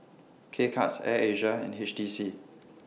K Cuts Air Asia and H T C